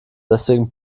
deswegen